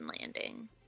landing